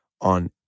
on